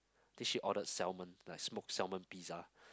dish she ordered salmon plus smoked salmon pizza